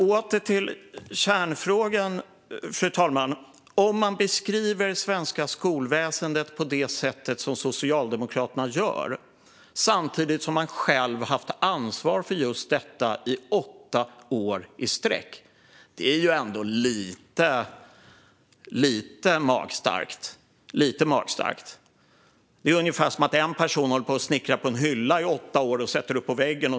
Åter till kärnfrågan, fru talman: Att beskriva det svenska skolväsendet på det sätt som Socialdemokraterna gör, samtidigt som man själv har haft ansvar för just detta i åtta år i sträck är ändå lite magstarkt. Det är ungefär som om en person håller på och snickrar på en hylla i åtta år och sedan sätter upp den på väggen.